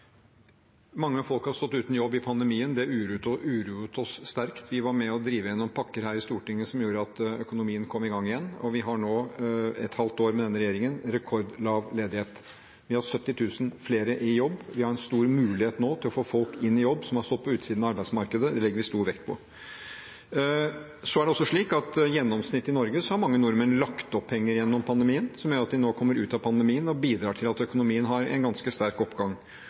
Mange folk har stått uten jobb i pandemien. Det uroet oss sterkt. Vi var med på å drive gjennom pakker her i Stortinget som gjorde at økonomien kom i gang igjen, og vi har nå, etter et halvt år med denne regjeringen, en rekordlav ledighet. Vi har 70 000 flere i jobb. Vi har en stor mulighet nå til å få folk inn i jobb som har stått på utsiden av arbeidsmarkedet. Det legger vi stor vekt på. Så er det også slik at gjennomsnittlig i Norge har mange nordmenn lagt opp penger gjennom pandemien, som gjør at de nå kommer ut av pandemien og bidrar til at økonomien har en ganske sterk oppgang.